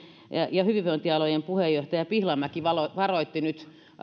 ja hyvinvointialojen puheenjohtaja pihlajamäki varoitti nyt